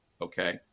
Okay